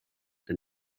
the